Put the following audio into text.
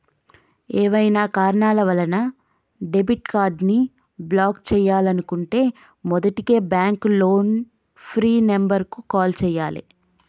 ఏవైనా కారణాల వలన డెబిట్ కార్డ్ని బ్లాక్ చేయాలనుకుంటే మొదటగా బ్యాంక్ టోల్ ఫ్రీ నెంబర్ కు కాల్ చేయాలే